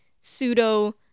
pseudo